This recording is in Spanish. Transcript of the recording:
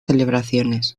celebraciones